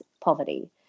poverty